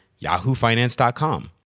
yahoofinance.com